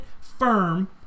firm